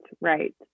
right